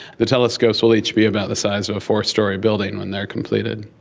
the telescopes will each be about the size of a four-storey building when they are completed.